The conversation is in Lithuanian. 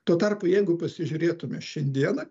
tuo tarpu jeigu pasižiūrėtume šiandieną